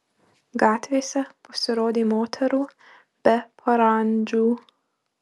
gatvėse pasirodė moterų be parandžų